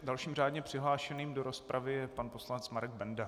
Dalším řádně přihlášeným do rozpravy je pan poslanec Marek Benda.